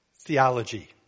theology